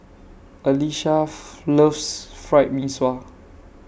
Alesha loves Fried Mee Sua